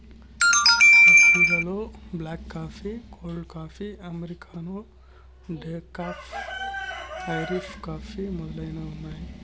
coffee లలో black coffee, cold coffee, americano, decaf, Irish coffee మొదలైనవి ఉన్నాయి